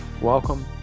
Welcome